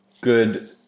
good